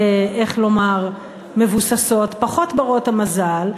איך לומר, מבוססות, פחות בנות-המזל,